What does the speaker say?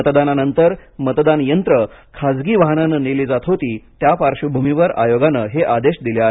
मतदानानंतर मतदान यंत्रे खाजगी वाहनाने नेली जात होती त्या पार्श्वभमीवर आयोगाने हे आदेश दिले आहेत